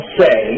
say